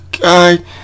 God